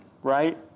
Right